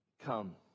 come